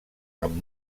amb